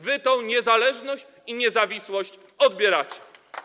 Wy tę niezależność i niezawisłość odbieracie.